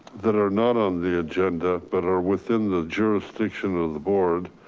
that are not on the agenda but are within the jurisdiction of the board.